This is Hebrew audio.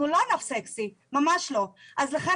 אנחנו לא ענף סקסי, ממש לא, לכן